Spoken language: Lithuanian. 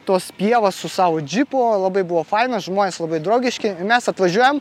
tuos pievas su savo džipu labai buvo faina žmonės labai draugiški mes atvažiuojam